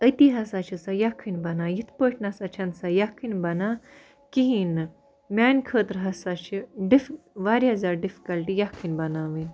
أتی ہَسا چھِ سۄ یَکھٕنۍ بنان یِتھ پٲٹھۍ نَہ سا چھَنہٕ سۄ یَکھٕنۍ بنان کِہیٖۍ نہٕ میٛانہِ خٲطرٕ ہسا چھِ ڈِف واریاہ زیادٕ ڈِفکَلٹہٕ یَکھٕنۍ بناوٕنۍ